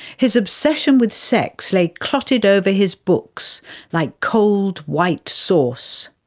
his obsession with sex lay clotted over his books like cold white sauce.